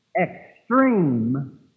extreme